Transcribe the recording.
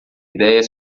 ideia